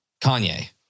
Kanye